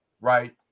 right